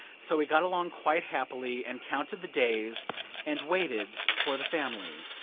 so we got along quite happily and counted the days and waited for the family.